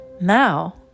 Now